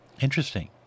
Interesting